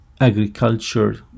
agriculture